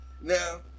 Now